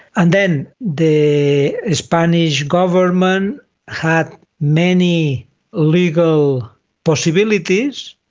and then the spanish government had many legal possibilities,